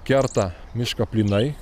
kerta mišką plynai